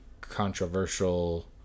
controversial